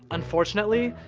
unfortunately,